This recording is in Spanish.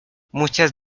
muchas